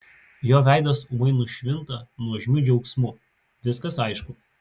jo veidas ūmai nušvinta nuožmiu džiaugsmu viskas aišku